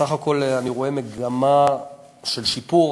בסך הכול אני רואה מגמה של שיפור,